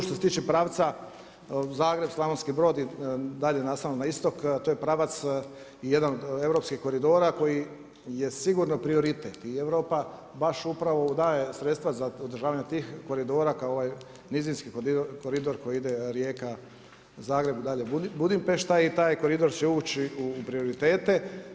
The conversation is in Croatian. Što se tiče pravca Zagreb-Slavonski Brod i dalje nastavlja na istok, to je pravac jedan europskih koridora koji je sigurno prioritet i Europa baš upravo daje sredstva za održavanje tih koridora kao ovaj nizinski koridor koji ide Rijeka-Zagreb-Budimpešta i taj koridor će ući u prioritete.